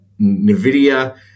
Nvidia